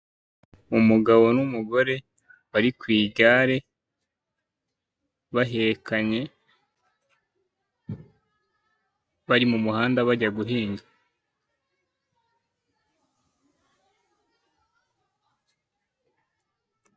Umugabo n'umugore bari kwigare bahekanye, bari mu muhanda bajya guhinga.